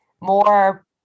more